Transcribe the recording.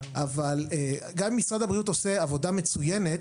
אבל גם אם משרד הבריאות עושה עבודה מצוינת